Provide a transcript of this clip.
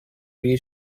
bee